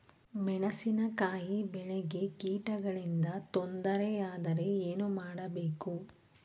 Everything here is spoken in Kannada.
ಮೆಣಸಿನಕಾಯಿ ಬೆಳೆಗೆ ಕೀಟಗಳಿಂದ ತೊಂದರೆ ಯಾದರೆ ಏನು ಮಾಡಬೇಕು?